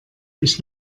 ich